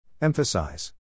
Emphasize